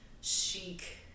chic